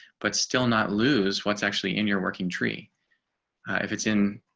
but still not lose what's actually in your working tree if it's in